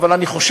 מאה אחוז.